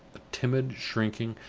a timid, shrinking,